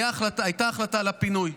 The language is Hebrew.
הייתה החלטה על פינוי.